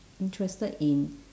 interested in